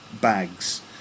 bags